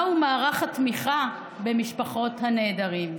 מהו מערך התמיכה במשפחות הנעדרים.